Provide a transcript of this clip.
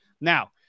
Now